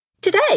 Today